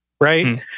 right